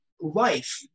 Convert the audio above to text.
life